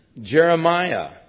Jeremiah